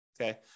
okay